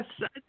Yes